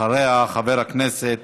אחריה, חבר הכנסת